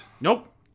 Nope